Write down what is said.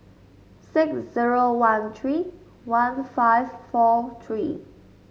six zero one three one five four three